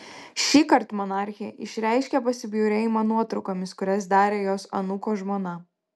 šįkart monarchė išreiškė pasibjaurėjimą nuotraukomis kurias darė jos anūko žmona